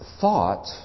Thought